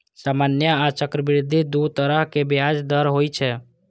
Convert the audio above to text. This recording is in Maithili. सामान्य आ चक्रवृद्धि दू तरहक ब्याज दर होइ छै